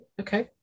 okay